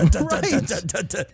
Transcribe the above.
Right